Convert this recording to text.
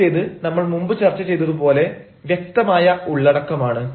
ആദ്യത്തേത് നമ്മൾ മുമ്പ് ചർച്ച ചെയ്തത് പോലെ വ്യക്തമായ ഉള്ളടക്കമാണ്